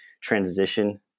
transition